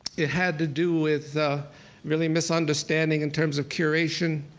it had to do with really misunderstanding in terms of curation.